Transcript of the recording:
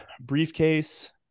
briefcase